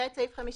"(ב) סעיף 51ט(א)"